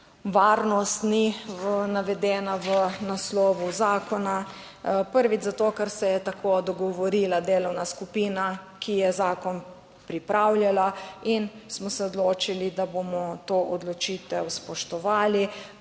varnost ni navedena v naslovu zakona. Prvič zato, ker se je tako dogovorila delovna skupina, ki je zakon pripravljala in smo se odločili, da bomo to odločitev spoštovali,